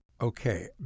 Okay